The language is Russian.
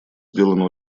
сделано